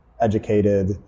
educated